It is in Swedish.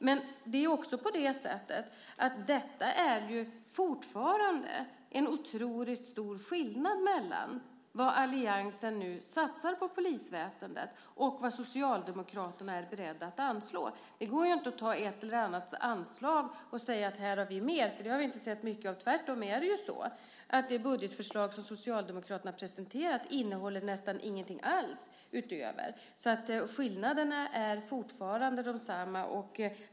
Men det är också så att det fortfarande är otroligt stor skillnad mellan vad alliansen nu satsar på polisväsendet och vad Socialdemokraterna är beredda att anslå. Det går inte att göra ett eller annat anslag och säga: Här har vi mer. Det har vi ju inte sett mycket av. Tvärtom är det så att det budgetförslag som Socialdemokraterna har presenterat innehåller nästan ingenting alls därutöver. Skillnaderna är alltså fortfarande desamma.